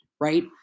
right